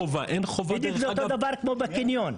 זה אותו הדבר כמו בקניון.